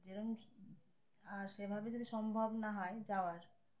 যেরম আর সেভাবে যদি সম্ভব না হয় যাওয়ার